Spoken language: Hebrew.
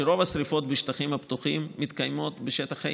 שרוב השרפות בשטחים הפתוחים מתקיימות בשטח A